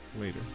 Later